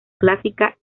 clásica